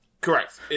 Correct